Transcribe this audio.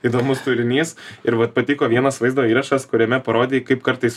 įdomus turinys ir vat patiko vienas vaizdo įrašas kuriame parodei kaip kartais